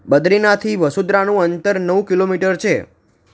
બદ્રીનાથથી વસુધારાનું અંતર નવ કિલોમીટર છે